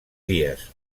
dies